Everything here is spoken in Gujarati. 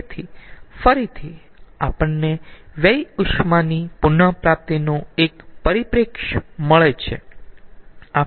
તેથી ફરીથી આપણને વ્યય ઉષ્માની પુન પ્રાપ્તિનો એક પરિપ્રેક્ષ્ય મળે છે